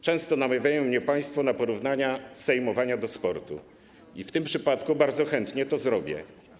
Często namawiają mnie państwo na porównania sejmowania do sportu i w tym przypadku bardzo chętnie to zrobię.